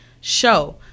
show